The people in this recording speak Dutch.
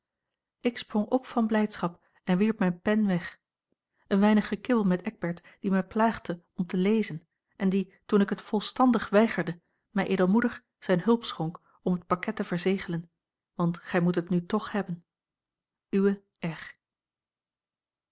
ik sprong op van blijdschap en wierp mijne pen weg een weinig gekibbel met eckbert die mij plaagde om te lezen en die toen ik het volstandig weigerde mij edelmoedig zijne hulp schonk om het pakket te verzegelen want gij moet het nu toch hebben uwe